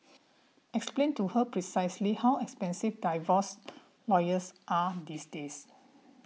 explain to her precisely how expensive divorce lawyers are these days